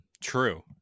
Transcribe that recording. true